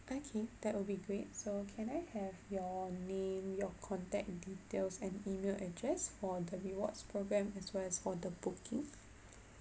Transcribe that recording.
okay that will be great so can I have your name your contact details and email address for the rewards programme as well as for the booking